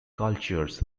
cultures